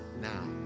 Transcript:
now